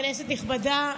כנסת נכבדה,